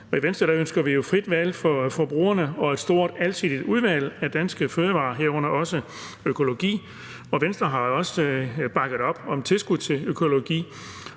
i Venstre ønsker vi jo frit valg for forbrugerne og et stort, alsidigt udvalg af danske fødevarer, herunder også økologiske. Venstre har jo også bakket op om tilskud til økologi,